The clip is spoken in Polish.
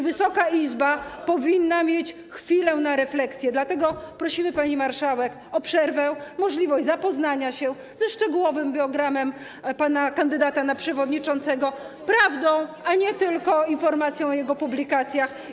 Wysoka Izba powinna mieć chwilę na refleksję, dlatego prosimy, pani marszałek, o przerwę, możliwość zapoznania się ze szczegółowym biogramem pana, kandydata na przewodniczącego, z prawdą, a nie tylko informacją o jego publikacjach.